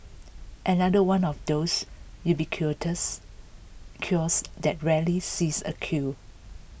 another one of those ubiquitous kiosks that rarely sees a queue